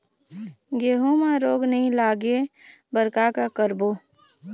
गेहूं म रोग नई लागे बर का का करबो?